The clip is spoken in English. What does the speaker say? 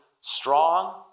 strong